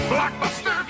Blockbuster